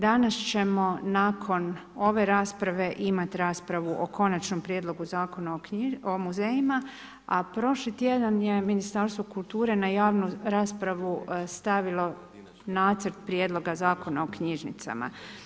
Danas ćemo nakon ove rasprave imati raspravu o konačnom prijedlogu Zakona o muzejima, a prošli tjedan je Ministarstvo kulture na javnu raspravu stavilo nacrt prijedloga Zakona o knjižnicama.